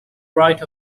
right